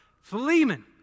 Philemon